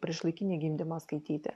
priešlaikinį gimdymą skaityti